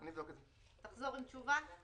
תחזור עם תשובה?